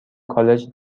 کالج